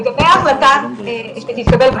לגבי ההחלטה שתתקבל,